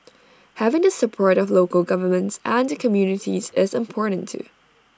having the support of local governments and the communities is important too